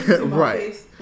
Right